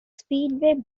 speedway